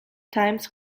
times